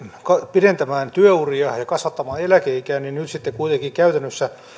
pidentämään työuria ja kasvattamaan eläkeikää niin nyt sitten kuitenkin käytännössä